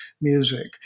music